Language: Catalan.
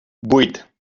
vuit